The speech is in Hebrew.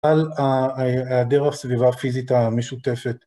על העדר הסביבה הפיזית המשותפת.